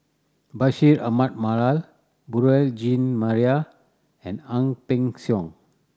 Bashir Ahmad Mallal Beurel Jean Marie and Ang Peng Siong